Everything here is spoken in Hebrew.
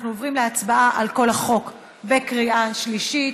אנחנו עוברים להצבעה על כל החוק בקריאה שלישית.